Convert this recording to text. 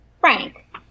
Frank